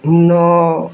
ନଅ